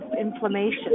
inflammation